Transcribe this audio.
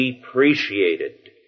depreciated